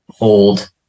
old